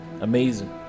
amazing